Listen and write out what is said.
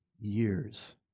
Years